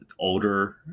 older